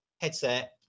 headset